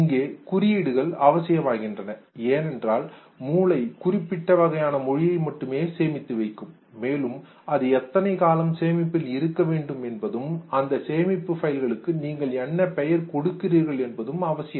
இங்கே குறியீடுகள் அவசியமாகின்றது ஏனென்றால் மூளை குறிப்பிட்ட வகையான மொழியை மட்டுமே சேமித்து வைக்கும் மேலும் அது எத்தனை காலம் சேமிப்பில் இருக்க வேண்டும் என்பதும் அந்த சேமிப்பு பைல்களுக்கு நீங்கள் என்ன பெயர் கொடுக்கிறீர்கள் என்பதும் அவசியம்